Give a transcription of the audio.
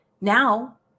Now